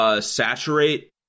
Saturate